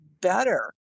better